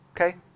Okay